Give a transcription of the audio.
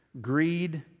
Greed